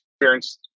experienced